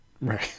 Right